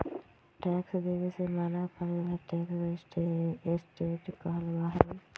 tax देवे से मना करे ला टैक्स रेजिस्टेंस कहलाबा हई